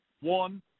One